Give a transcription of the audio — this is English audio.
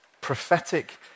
prophetic